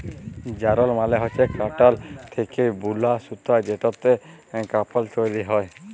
যারল মালে হচ্যে কটল থ্যাকে বুলা সুতা যেটতে কাপল তৈরি হ্যয়